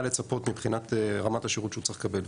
לצפות מבחינת רמת השירות שהוא צריך לקבל.